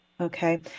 okay